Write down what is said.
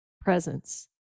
presence